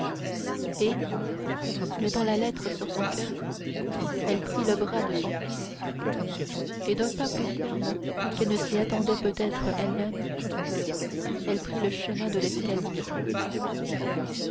et mettant la lettre sur son coeur elle prit le bras de son fils et d'un pas plus ferme qu'elle ne s'y attendait peut-être elle-même elle prit le chemin de l'escalier